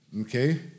okay